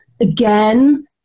again